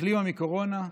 החלימה מקורונה.